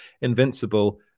Invincible